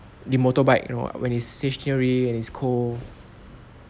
the motorbike you know when it is stationary and it's cold